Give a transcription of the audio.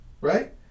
right